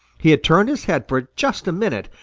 he had turned his head for just a minute,